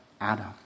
Adam